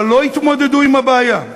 ולא התמודדו עם הבעיה.